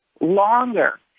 longer